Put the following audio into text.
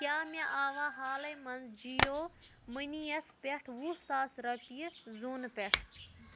کیٛاہ مےٚ آوا حالٕے منٛز جِیو مٔنی یَس پٮ۪ٹھ وُہ ساس رۄپیہِ زوٗنہٕ پٮ۪ٹھ؟